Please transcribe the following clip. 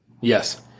Yes